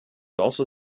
also